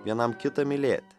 vienam kitą mylėti